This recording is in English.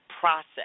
process